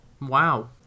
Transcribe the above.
Wow